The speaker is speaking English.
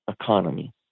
economy